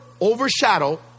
overshadow